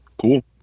cool